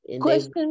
question